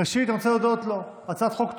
ראשית, אני רוצה להודות לו, הצעת חוק טובה,